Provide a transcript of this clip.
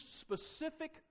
specific